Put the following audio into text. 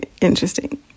interesting